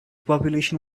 population